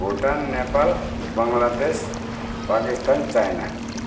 Bhutan Nepal Bangladesh Pakistan China